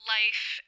life